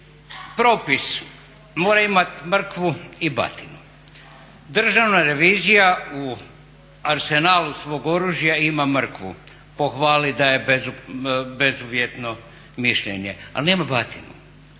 propis mora imati mrkvu i batinu. Državna revizija u arsenalu svog oružja ima mrkvu. Pohvali da je bezuvjetno mišljenje, ali nema batinu,